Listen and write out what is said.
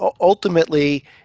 ultimately